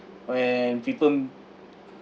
when people